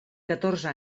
catorze